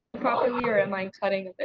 or am i and cutting a